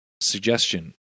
suggestion